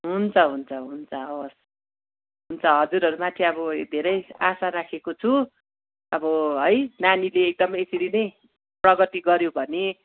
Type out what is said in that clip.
हुन्छ हुन्छ हुन्छ हवस् हुन्छ हजुरहरू माथि अब धेरेै आशा राखेको छु अब है नानीले एकदमै यसरी नै प्रगति गऱ्यो भने